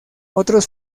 otros